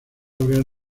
habrían